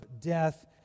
death